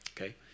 Okay